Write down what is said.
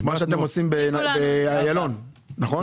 זה מה שאתם עושים באיילון, נכון?